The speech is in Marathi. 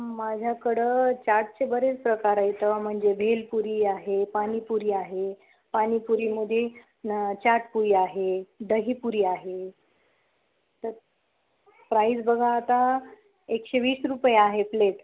माझ्याकडं चाटचे बरेच प्रकार आहेत म्हणजे भेळपुरी आहे पाणीपुरी आहे पाणीपुरीमध्ये न चाटपुरी आहे दहीपुरी आहे तर प्राईस बघा आता एकशे वीस रुपये आहे प्लेट